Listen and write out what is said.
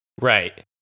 Right